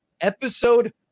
episode